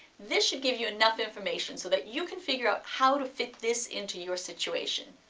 this should give you enough information so that you can figure out how to fit this into your situation.